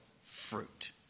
fruit